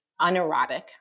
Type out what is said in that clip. unerotic